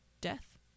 death